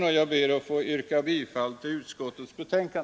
Jag ber, herr talman, att få yrka bifall till utskottets hemställan.